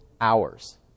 hours